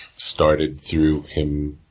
started through him